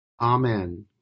Amen